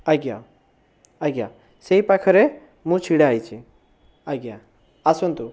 ଆଜ୍ଞା ଆଜ୍ଞା ସେହି ପାଖରେ ମୁଁ ଛିଡ଼ା ହୋଇଛି ଆଜ୍ଞା ଆସନ୍ତୁ